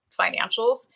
financials